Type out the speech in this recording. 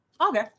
Okay